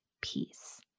peace